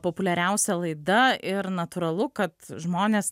populiariausia laida ir natūralu kad žmonės